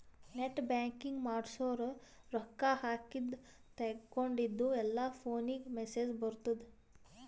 net banking ಮಾಡ್ಸುರ್ ರೊಕ್ಕಾ ಹಾಕಿದ ತೇಕೊಂಡಿದ್ದು ಎಲ್ಲಾ ಫೋನಿಗ್ ಮೆಸೇಜ್ ಬರ್ತುದ್